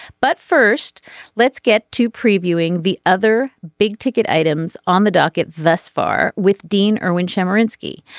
but first let's get to previewing the other big ticket items on the docket thus far with dean erwin chemerinsky.